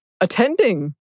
attending